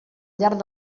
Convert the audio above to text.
llarg